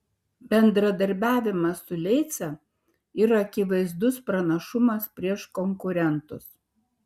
bendradarbiavimas su leica yra akivaizdus pranašumas prieš konkurentus